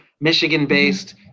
Michigan-based